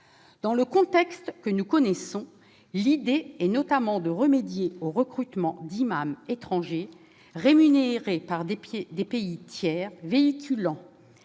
Dans le contexte que nous connaissons, l'idée est notamment de remédier au recrutement d'imams étrangers, rémunérés par des pays tiers, véhiculant